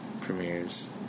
Premieres